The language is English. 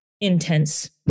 intense